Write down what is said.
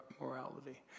morality